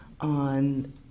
on